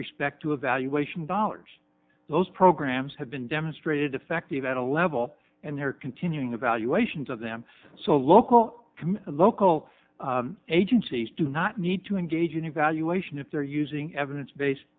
respect to evaluation dollars those programs have been demonstrated effective at a level and they're continuing evaluations of them so local commit local agencies do not need to engage in evaluation if they're using evidence based